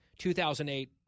2008